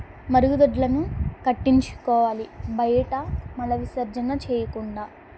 మరుగుదొడ్లని కట్టించుకోవాలి బయట మల విసర్జన చేయకుండా